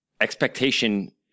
Expectation